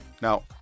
Now